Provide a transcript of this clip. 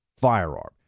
firearm